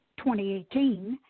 2018